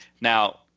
Now